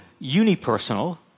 unipersonal